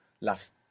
las